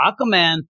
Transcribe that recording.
Aquaman